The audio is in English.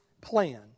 plan